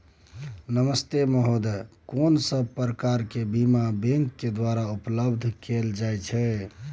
नमस्ते महोदय, कोन सब प्रकार के बीमा बैंक के द्वारा उपलब्ध कैल जाए छै?